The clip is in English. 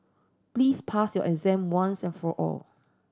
please pass your exam once and for all